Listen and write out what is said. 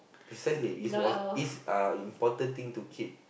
precisely it was it's uh important thing to keep